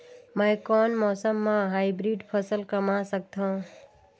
मै कोन मौसम म हाईब्रिड फसल कमा सकथव?